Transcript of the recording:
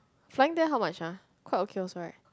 flying there how much ah quite okay also right